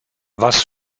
was